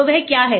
तो वह क्या है